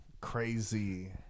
crazy